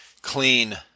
clean